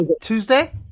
Tuesday